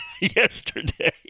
yesterday